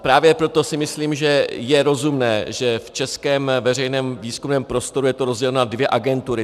Právě proto si myslím, že je rozumné, že v českém veřejném výzkumném prostoru je to rozděleno na dvě agentury.